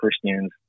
Christians